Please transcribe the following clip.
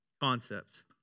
concepts